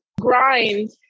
grind